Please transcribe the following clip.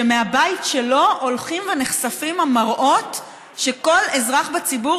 שמהבית שלו הולכים ונחשפים המראות שכל אזרח בציבור